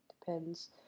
depends